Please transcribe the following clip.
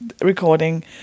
recording